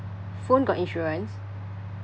phone got insurance